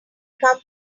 come